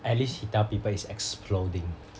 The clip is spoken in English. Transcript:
at least he tell people it's exploding